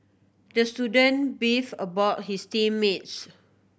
the student beefed about his team mates